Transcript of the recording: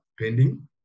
pending